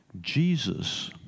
Jesus